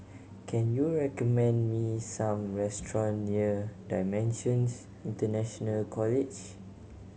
can you recommend me some restaurant near Dimensions International College